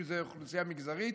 אם זה אוכלוסייה מגזרית,